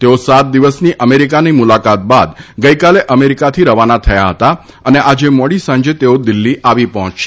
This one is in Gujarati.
તેઓ સાત દિવસની અમેરિકાની મુલાકાત બાદ ગઇકાલે અમેરિકાથી રવાના થયા હતા અને આજે મોડી સાંજે તેઓ દિલ્ફી આવી પહોંચશે